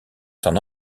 s’en